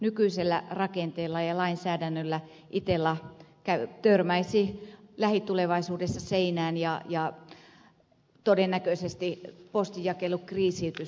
nykyisellä rakenteella ja lainsäädännöllä itella törmäisi lähitulevaisuudessa seinään ja todennäköisesti postin jakelu kriisiytyisi